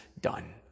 done